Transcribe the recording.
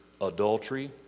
adultery